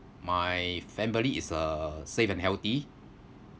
my family is uh safe and healthy